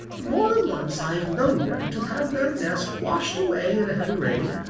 more than once i've known them to have their nest washed away in a heavy rain,